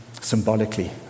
symbolically